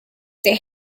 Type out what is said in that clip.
they